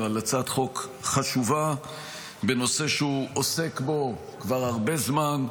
על הצעת חוק חשובה בנושא שהוא עוסק בו כבר הרבה זמן.